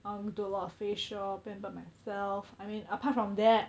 I want to do a lot of facial pamper myself I mean apart from that